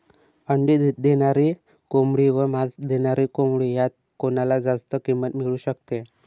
अंडी देणारी कोंबडी व मांस देणारी कोंबडी यात कोणाला जास्त किंमत मिळू शकते?